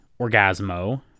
Orgasmo